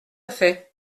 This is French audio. fait